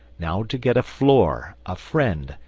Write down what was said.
now to get a floor, a friend,